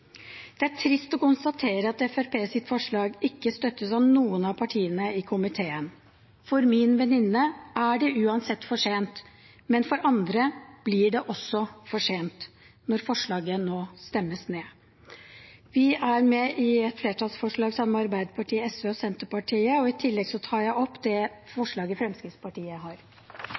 Det er trist å konstatere at Fremskrittspartiets forslag ikke støttes av noen av partiene i komiteen. For min venninne er det uansett for sent, og for andre blir det også for sent når forslaget nå stemmes ned. Vi stiller oss bak komiteens tilråding sammen med Arbeiderpartiet, SV og Senterpartiet, og i tillegg tar jeg opp de forslagene Fremskrittspartiet har.